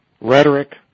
rhetoric